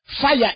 Fire